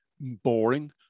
boring